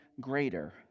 greater